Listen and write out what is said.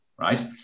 right